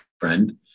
friend